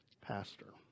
pastor